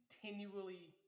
Continually